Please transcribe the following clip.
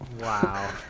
Wow